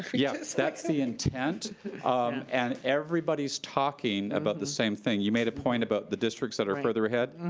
yeah that's that's the intent and everybody's talking about the same thing. you made a point about the districts that are further ahead.